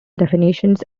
definitions